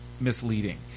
misleading